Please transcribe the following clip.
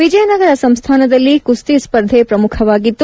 ವಿಜಯನಗರ ಸಂಸ್ಥಾನದಲ್ಲಿ ಕುಸ್ತಿ ಸ್ಪರ್ಧೆ ಪ್ರಮುಖವಾಗಿತ್ತು